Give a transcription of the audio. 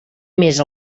més